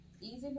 Easy